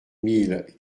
mille